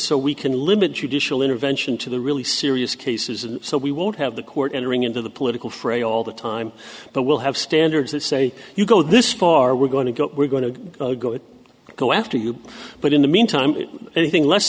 so we can limit judicial intervention to the really serious cases and so we won't have the court entering into the political fray all the time but will have standards that say you go this far we're going to go we're going to go it go after you but in the meantime anything less